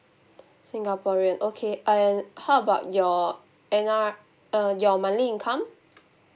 singaporean okay and how about your N R uh your monthly income